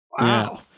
wow